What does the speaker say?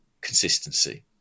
consistency